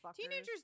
Teenagers